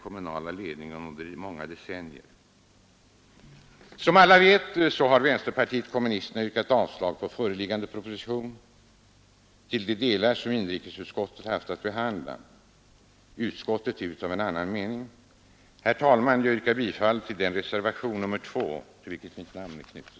15 december 1972 Som alla vet har vänsterpartiet kommunisterna yrkat avslag på sive —— =:föreliggande proposition till de delar som inrikesutskottet haft att Regional utveck söva folket. Här råder ju en omfattande arbetslöshet, och SAP har suttit i behandla. Utskottet är av en annan mening. Herr talman! Jag yrkar bifall till reservationen 2 vid inrikesutskottets betänkande nr 28, till vilken mitt namn är knutet.